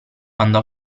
quando